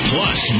Plus